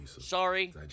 Sorry